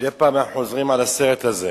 מדי פעם אנחנו חוזרים על הסרט הזה,